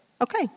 Okay